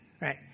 Right